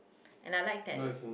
and I like that